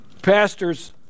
Pastors